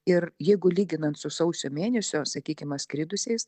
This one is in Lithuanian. ir jeigu lyginant su sausio mėnesio sakykim atskridusiais